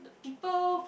people